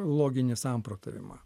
loginį samprotavimą